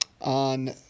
on